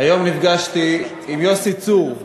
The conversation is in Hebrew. היום נפגשתי עם יוסי צור.